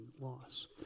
loss